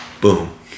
Boom